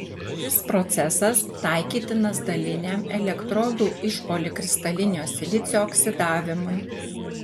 šis procesas taikytinas daliniam elektrodų iš polikristalinio silicio oksidavimui